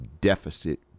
deficit